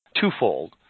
twofold